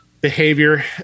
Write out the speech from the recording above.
behavior